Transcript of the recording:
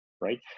right